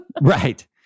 right